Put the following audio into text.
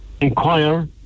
inquire